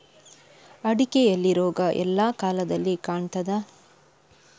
ಅಡಿಕೆಯಲ್ಲಿ ರೋಗ ಎಲ್ಲಾ ಕಾಲದಲ್ಲಿ ಕಾಣ್ತದ?